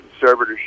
conservatorship